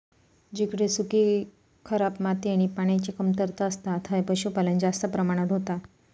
जिकडे सुखी, खराब माती आणि पान्याची कमतरता असता थंय पशुपालन जास्त प्रमाणात होता